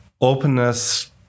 openness